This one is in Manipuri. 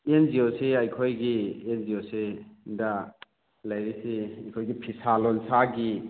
ꯑꯦꯟ ꯖꯤ ꯑꯣꯁꯤ ꯑꯩꯈꯣꯏꯒꯤ ꯑꯦꯟ ꯖꯤ ꯑꯣꯁꯤꯗ ꯂꯩꯔꯤꯁꯦ ꯑꯩꯈꯣꯏꯒꯤ ꯐꯤꯁꯥ ꯂꯣꯟꯁꯥꯒꯤ